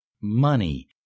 money